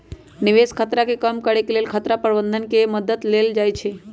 निवेश खतरा के कम करेके लेल खतरा प्रबंधन के मद्दत लेल जाइ छइ